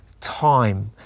time